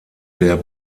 der